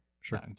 Sure